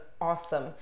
awesome